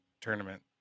tournament